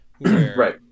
right